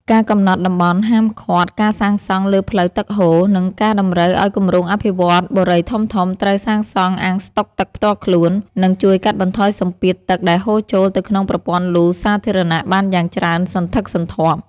ការកំណត់តំបន់ហាមឃាត់ការសាងសង់លើផ្លូវទឹកហូរ និងការតម្រូវឱ្យគម្រោងអភិវឌ្ឍន៍បុរីធំៗត្រូវសាងសង់អាងស្តុកទឹកផ្ទាល់ខ្លួន នឹងជួយកាត់បន្ថយសម្ពាធទឹកដែលហូរចូលទៅក្នុងប្រព័ន្ធលូសាធារណៈបានយ៉ាងច្រើនសន្ធឹកសន្ធាប់។